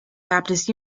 baptist